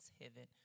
heaven